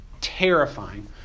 terrifying